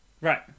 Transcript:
Right